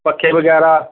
ਪੱਖੇ ਵਗੈਰਾ